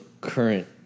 current